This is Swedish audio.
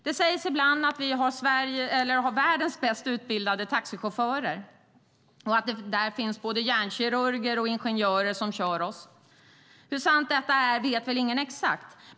Det sägs ibland att Sverige har världens bäst utbildade taxichaufförer och att där finns både hjärnkirurger och ingenjörer bland dem som kör oss. Hur sant detta är vet väl ingen exakt.